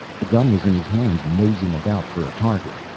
the gun was in his hand, nosing about for a target.